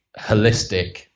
holistic